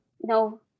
No